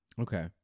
Okay